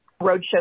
roadshow